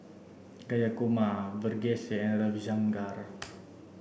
Jayakumar Verghese and Ravi Shankar